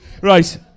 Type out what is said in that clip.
Right